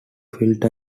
filter